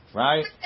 right